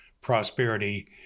prosperity